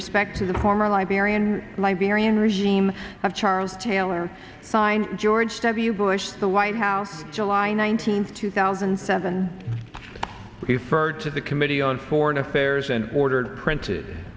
respect to the former liberian liberian regime of charles taylor signed george w bush the white house july nineteenth two thousand and seven he ferde to the committee on foreign affairs and ordered printed